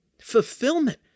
fulfillment